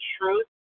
truth